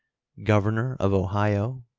governor of ohio,